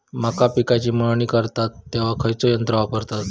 मका पिकाची मळणी करतत तेव्हा खैयचो यंत्र वापरतत?